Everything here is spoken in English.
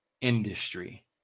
industry